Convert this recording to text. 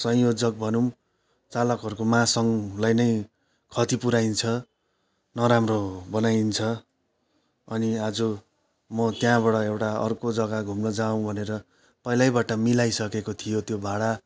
संयोजक भनौँ चालकहरूको महासङ्घलाई नै खती पुऱ्याइन्छ नराम्रो बनाइन्छ अनि आज म त्यहाँबाट अर्को जग्गा घुम्न जाउँ भनेर पहिल्यैबाट मिलाइसकेको थियो त्यो भाडा